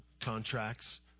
contracts